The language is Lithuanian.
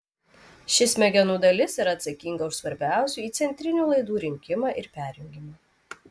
ši smegenų dalis yra atsakinga už svarbiausių įcentrinių laidų rinkimą ir perjungimą